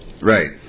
Right